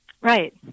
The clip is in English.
Right